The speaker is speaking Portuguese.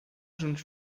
juntos